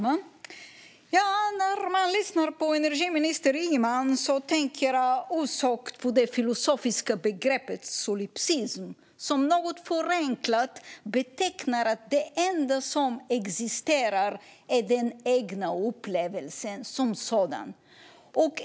Fru talman! När jag lyssnar på energiminister Ygeman tänker jag osökt på det filosofiska begreppet solipsism, som något förenklat betecknar att det enda som existerar är den egna upplevelsen som sådan.